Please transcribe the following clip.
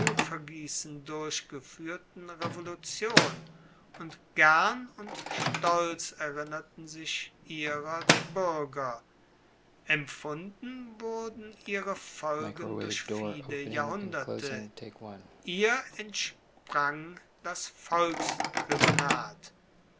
blutvergiessen durchgefuehrten revolution und gern und stolz erinnerten sich ihrer die buerger empfunden wurden ihre folgen durch viele jahrhunderte ihr entsprang das